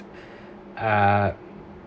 uh